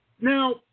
Now